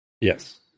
Yes